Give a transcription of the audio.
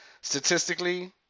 Statistically